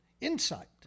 insight